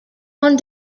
one